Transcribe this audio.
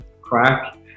crack